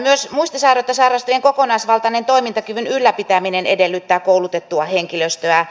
myös muistisairautta sairastavien kokonaisvaltainen toimintakyvyn ylläpitäminen edellyttää koulutettua henkilöstöä